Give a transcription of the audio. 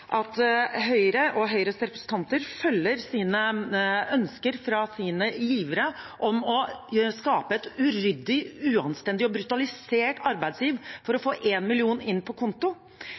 at Høyre og Høyres representanter følger ønskene fra sine givere om å skape et uryddig, uanstendig og brutalisert arbeidsliv for å få 1 mill. kr inn på konto?